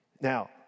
Now